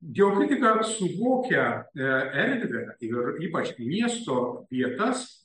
geokritika suvokia erdvę ir ypač miesto vietas